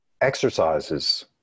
exercises